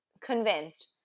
convinced